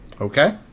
Okay